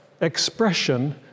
expression